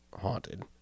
Haunted